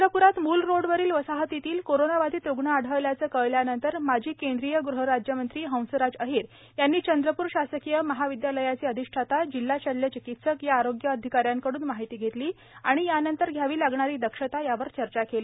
चंद्रपरात मुल रोडवरील वसाहतीत कोरोनाबाधित रूग्ण आढळल्याचे कळल्यानंतर माजी केंद्रीय गहराज्यमंत्री हंसराज अहीर यांनी चंद्रप्र शासकीय महाविदयालयाचे अधिष्ठाता जिल्हा शल्य चिकीत्सक या आरोग्य अधिकाऱ्यांकड़न माहिती घेतली आणि यानंतर घ्यावी लागणारी दक्षता यावर चर्चा केली